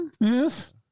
Yes